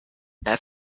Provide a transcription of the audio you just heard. that